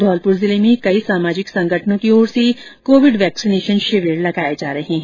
धौलपुर जिले में कई सामाजिक संगठनों की ओर से कोविड वैक्सीनेशन शिविर लगाए जा रहे हैं